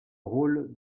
rôle